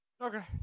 Okay